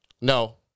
No